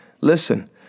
listen